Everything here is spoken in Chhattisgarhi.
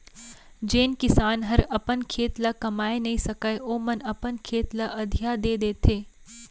जेन किसान हर अपन खेत ल कमाए नइ सकय ओमन अपन खेत ल अधिया दे देथे